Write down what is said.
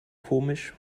komisch